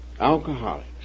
alcoholics